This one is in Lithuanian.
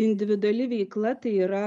individuali veikla tai yra